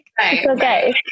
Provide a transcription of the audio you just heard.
okay